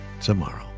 tomorrow